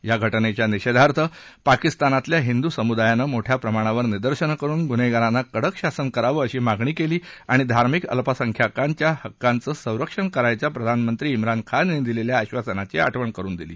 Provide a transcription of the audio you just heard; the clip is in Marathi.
या घटनेच्या नि षेधार्थ पाकिस्तानातल्या हिंदू समुदायानं मोठ्या प्रमाणावर निदर्शनं करुन गुन्हेगारांना कडक शासन करावं अशी मागणी केली आणि धार्मिक अपल्पसंख्याकांच्या हक्कांचं संरक्षण करण्याच्या प्रधानमंत्री िोन खान यांनी दिलेल्या आश्वासनाची आठवण करुन दिली